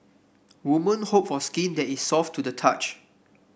woman hope for skin that is soft to the touch